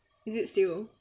is it still